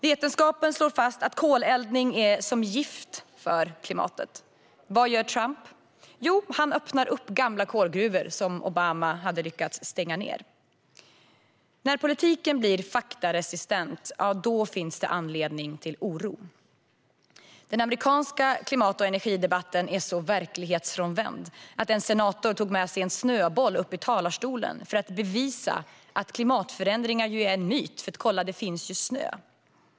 Vetenskapen slår fast att koleldning är som gift för klimatet. Vad gör Trump? Han öppnar upp gamla kolgruvor som Obama hade lyckats stänga. När politiken blir faktaresistent finns det anledning till oro. Den amerikanska klimat och energidebatten är så verklighetsfrånvänd att en senator tog med sig en snöboll upp i talarstolen för att "bevisa" att klimatförändringar är en myt eftersom det ju finns snö.